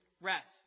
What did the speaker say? rest